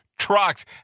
Trucks